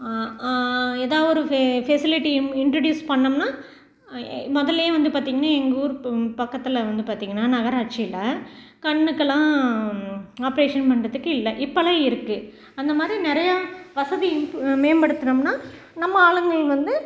ஏதாவது ஒரு ஃபெ ஃபெசிலிட்டி இம் இன்ட்ரோடியூஸ் பண்ணிணோம்னா முதல்லே வந்து பார்த்தீங்கன்னா எங்கள் ஊர் ப பக்கத்தில் வந்து பார்த்தீங்கன்னா நகராட்சியில் கண்ணுக்கெலாம் ஆப்ரேஷன் பண்ணுறதுக்கு இல்லை இப்பெல்லாம் இருக்குது அந்த மாதிரி நிறையா வசதி இம்ப்பு மேம்படுத்துனோம்னால் நம்ம ஆளுங்கள் வந்து